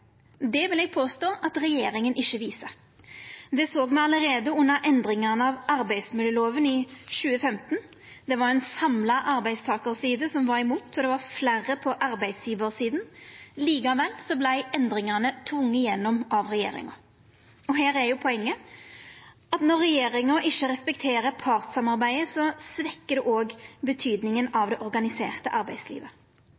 Det vil eg påstå at regjeringa ikkje viser. Det såg me allereie under endringane av arbeidsmiljølova i 2015 – ei samla arbeidstakarside og fleire på arbeidsgjevarsida var imot. Likevel vart endringane tvinga igjennom av regjeringa. Og her er poenget: Når regjeringa ikkje respekterer partssamarbeidet, svekkjer det òg betydninga